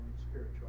spiritual